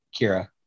Kira